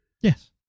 Yes